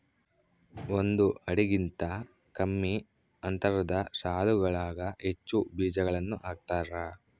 ಒಂದು ಅಡಿಗಿಂತ ಕಮ್ಮಿ ಅಂತರದ ಸಾಲುಗಳಾಗ ಹೆಚ್ಚು ಬೀಜಗಳನ್ನು ಹಾಕ್ತಾರ